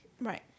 Right